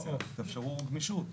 תאפשרו גמישות.